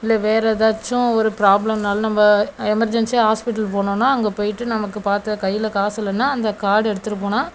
இல்லை வேறே எதாச்சும் ஒரு ப்ராப்ளம்னாலும் நம்ம எமெர்ஜென்சியாக ஹாஸ்பிட்டல் போகணுன்னா அங்கே போயிட்டு நமக்கு பார்த்த கையில் காசு இல்லைன்னா அந்த கார்டை எடுத்தகிட்டு போனால்